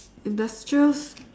industrial